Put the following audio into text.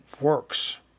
works